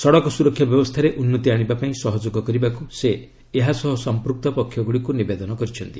ସଡ଼କ ସୁରକ୍ଷା ବ୍ୟବସ୍ଥାରେ ଉନ୍ନତି ଆଣିବା ପାଇଁ ସହଯୋଗ କରିବାକୁ ସେ ଏହା ସହ ସମ୍ପୃକ୍ତ ପକ୍ଷ ଗୁଡ଼ିକୁ ନିବେଦନ କରିଛନ୍ତି